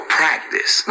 practice